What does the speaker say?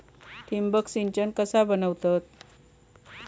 ठिबक सिंचन कसा बनवतत?